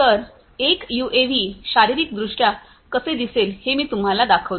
तर एक यूएव्ही शारीरिकदृष्ट्या कसे दिसेल ते मी तुम्हाला दाखवतो